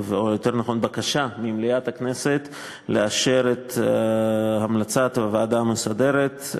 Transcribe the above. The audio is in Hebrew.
או יותר נכון לבקשה ממליאת הכנסת לאשר את המלצת הוועדה המסדרת,